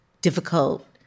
difficult